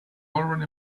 already